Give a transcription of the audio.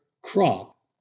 crop